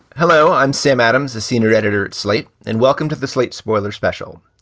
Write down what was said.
hello, i'm sam adams, a senior editor at slate, and welcome to the slate spoiler special.